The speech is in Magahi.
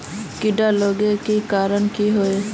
कीड़ा लागे के कारण की हाँ?